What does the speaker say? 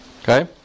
Okay